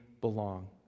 belong